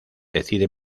decide